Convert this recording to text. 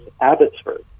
Abbotsford